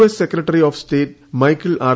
S secretary of state Michael R